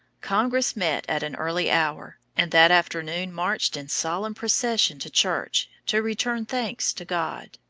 tcongress met at an early hour, and that afternoon marched in solemn procession to church to return thanks to god.